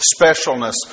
specialness